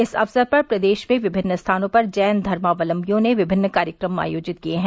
इस अवसर पर प्रदेश में विभिन्न स्थानों पर जैन धर्मावलभ्वियों ने विभिन्न कार्यक्रम आयोजित किये हैं